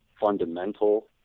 fundamental